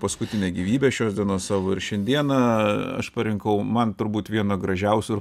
paskutinę gyvybę šios dienos savo ir šiandieną aš parinkau man turbūt vieną gražiausių ir